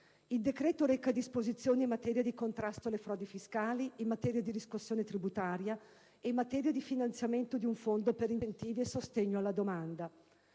Il decreto reca disposizioni in materia di contrasto alle frodi fiscali, in materia di riscossione tributaria e in materia di finanziamento di un fondo per incentivi e sostegno alla domanda.